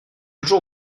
jour